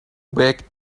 back